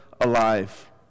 alive